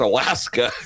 Alaska